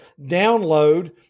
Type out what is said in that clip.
download